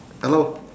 hello